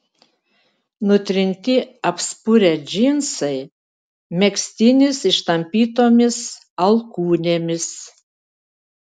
nutrinti apspurę džinsai megztinis ištampytomis alkūnėmis